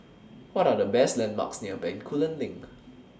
What Are The landmarks near Bencoolen LINK